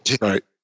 Right